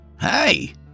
Hey